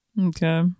Okay